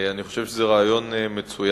אני חושב שזה רעיון מצוין,